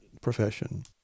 profession